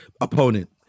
opponent